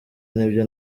nibyo